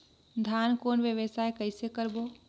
धान कौन व्यवसाय कइसे करबो?